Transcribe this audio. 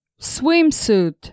Swimsuit